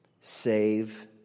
save